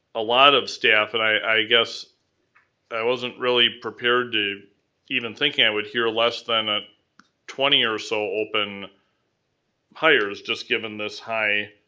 ah of staff, and i guess i wasn't really prepared to even thinking i would hear less than a twenty or so open hires, just given this high